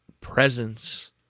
presence